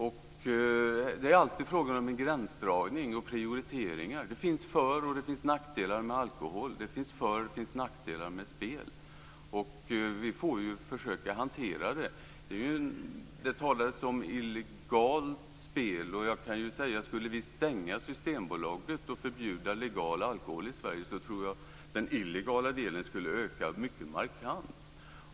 Det handlar alltid om en gränsdragning och prioriteringar. Det finns för och nackdelar med alkohol precis som det finns med spel. Vi får försöka att hantera det så bra som det går. Det talas om illegalt spel. Skulle vi stänga Systembolaget och förbjuda legal alkohol i Sverige tror jag att den illegala delen skulle öka mycket markant.